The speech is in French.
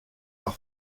par